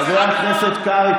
חבר הכנסת קרעי,